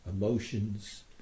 emotions